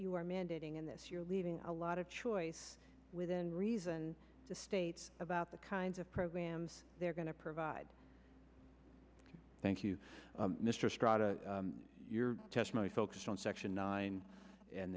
you are mandating in this year leaving a lot of choice within reason the states about the kinds of programs they're going to provide thank you mr straw to your testimony focused on section nine and